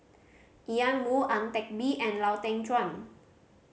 Ian Woo Ang Teck Bee and Lau Teng Chuan